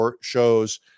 shows